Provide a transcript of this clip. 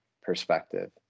perspective